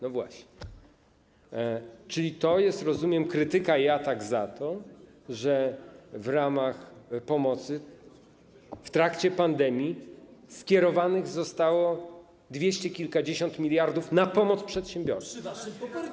No właśnie, czyli to jest, rozumiem, krytyka i atak za to, że w ramach pomocy w trakcie pandemii skierowanych zostało dwieście kilkadziesiąt miliardów na pomoc przedsiębiorcom.